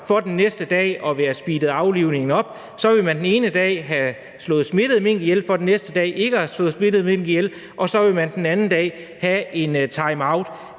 for den næste dag at ville have speedet aflivningen op. Så vil man den ene dag have slået smittede mink ihjel for den næste dag ikke at ville have slået smittede mink ihjel. Og så vil man en anden dag have en timeout.